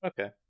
Okay